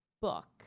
book